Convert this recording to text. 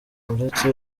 uretse